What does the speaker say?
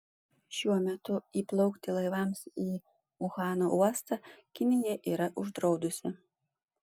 šiuo metu įplaukti laivams į uhano uostą kinija yra uždraudusi